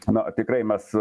na tikrai mes